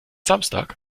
samstag